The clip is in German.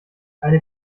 eine